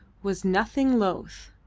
was nothing loth,